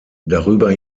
darüber